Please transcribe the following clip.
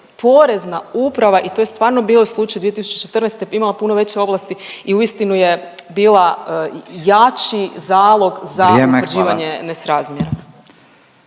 Porezna uprava i to je stvarno bio slučaj 2014. imala puno veće ovlasti i uistinu je bila jači zalog za utvrđivanje … …/Upadica